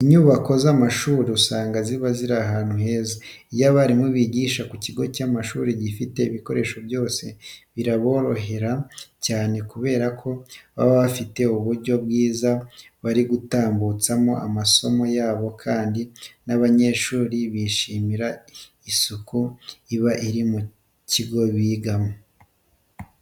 Inyubako z'amashuri usanga ziba ziri ahantu heza. Iyo abarimu bigisha ku kigo gifite ibikoresho byose, biraborohera cyane kubera ko baba bafite uburyo bwiza bari butambutsemo amasomo yabo kandi n'abanyeshuri bishimira isuku iba iri mu kigo bigamo.